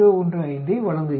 015 ஐ வழங்குகிறது